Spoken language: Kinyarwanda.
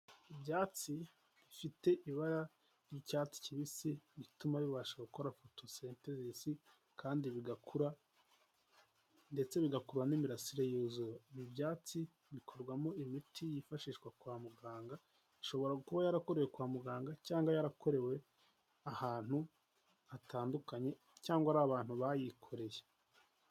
Ibyatsi bifite ibara ry'icyatsi kibisi bituma bibasha gukora fotosentezisi kandi bigakura ndetse bigakuru n'imirasire yizuba, ibi byatsi bikorwamo imiti yifashishwa kwa muganga ishobora kuba yarakorewe kwa muganga cyangwa yarakorewe ahantu hatandukanye cyangwa ari abantu bayikoreye.